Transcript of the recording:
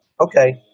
Okay